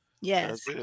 Yes